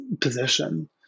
position